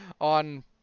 on